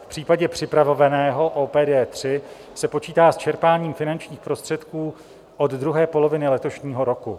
V případě připravovaného OPD3 se počítá s čerpáním finančních prostředků od druhé poloviny letošního roku.